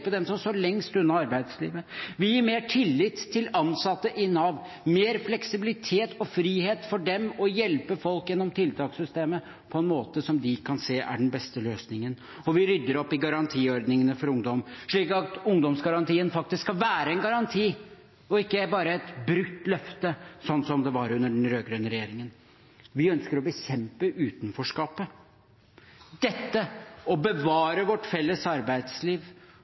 hjelpe dem som står lengst unna arbeidslivet. Vi gir mer tillit til ansatte i Nav, mer fleksibilitet og frihet for dem til å hjelpe folk gjennom tiltakssystemet på en måte som de kan se er den beste løsningen. Og vi rydder opp i garantiordningene for ungdom, slik at ungdomsgarantien faktisk skal være en garanti og ikke bare et brutt løfte, slik det var under den rød-grønne regjeringen. Vi ønsker å bekjempe utenforskapet. Dette, å bevare vårt felles arbeidsliv,